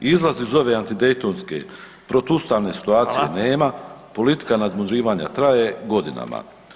Izlaz iz ove antidaytonske, protuustavne situacije [[Upadica Radin: Hvala.]] nema, politika nadmudrivanja traje godinama.